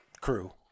crew